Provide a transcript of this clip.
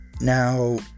Now